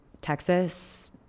Texas